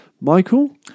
Michael